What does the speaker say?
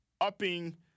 upping